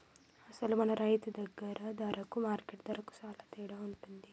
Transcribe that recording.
అసలు మన రైతు దగ్గర ధరకు మార్కెట్ ధరకు సాలా తేడా ఉంటుంది